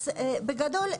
אז בגדול,